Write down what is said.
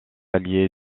allié